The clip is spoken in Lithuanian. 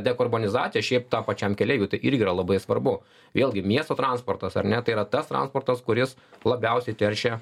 dekarbonizaciją šiaip tam pačiam keleiviui tai irgi yra labai svarbu vėlgi miesto transportas ar ne tai yra tas transportas kuris labiausiai teršia